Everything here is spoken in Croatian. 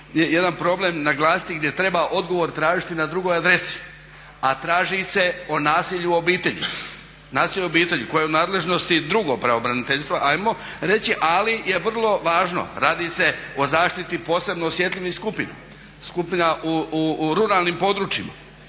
jedan problem naglasiti gdje treba odgovor tražiti na drugoj adresi, a traži se o nasilju u obitelji koja je u nadležnosti drugog pravobraniteljstva ajmo reći ali je vrlo važno, radi se o zaštititi posebno osjetljivih skupina, skupina u ruralnim područjima